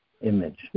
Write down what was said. image